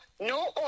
no